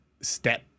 step